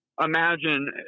imagine